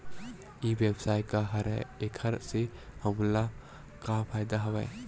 ई व्यवसाय का हरय एखर से हमला का फ़ायदा हवय?